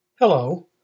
Hello